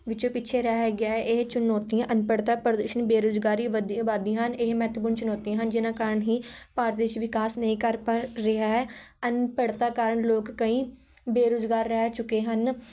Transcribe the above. ਵਿੱਚ ਪਿੱਛੇ ਰਹਿ ਗਿਆ ਇਹ ਚੁਣੌਤੀਆਂ ਅਨਪੜ੍ਹਤਾ ਪ੍ਰਦੂਸ਼ਣ ਬੇਰੁਜ਼ਗਾਰੀ ਵਧਦੀ ਆਬਾਦੀ ਹਨ ਇਹ ਮਹੱਤਵਪੂਰਨ ਚੁਣੌਤੀਆਂ ਹਨ ਜਿਹਨਾਂ ਕਾਰਨ ਹੀ ਭਾਰਤ ਦੇਸ਼ ਵਿਕਾਸ ਨਹੀ ਕਰ ਪਾ ਰਿਹਾ ਹੈ ਅਨਪੜ੍ਹਤਾ ਕਾਰਨ ਲੋਕ ਕਈ ਬੇਰੁਜ਼ਗਾਰ ਰਹਿ ਚੁੱਕੇ ਹਨ